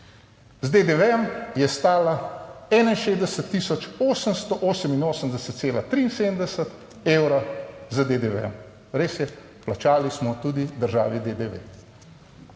Z DDV je stala 61888,73 evra, z DDV. Res je, plačali smo tudi državi DDV.